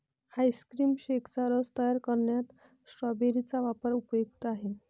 ice cream शेकचा रस तयार करण्यात स्ट्रॉबेरी चा वापर उपयुक्त आहे